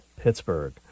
Pittsburgh